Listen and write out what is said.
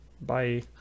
Bye